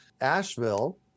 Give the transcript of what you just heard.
Asheville